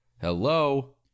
hello